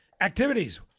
Activities